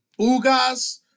Ugas